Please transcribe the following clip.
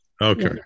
Okay